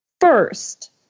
First